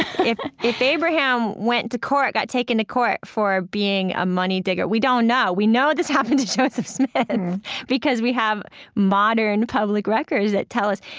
if if abraham went to court got taken to court for being a money digger, we don't know. we know this happened to joseph smith and because we have modern public records that tell us.